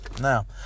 Now